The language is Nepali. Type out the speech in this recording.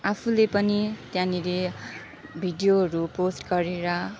आफूले पनि त्यहाँनेरि भिडियोहरू पोस्ट गरेर